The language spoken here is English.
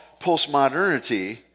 postmodernity